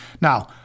now